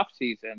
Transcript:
offseason